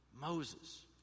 Moses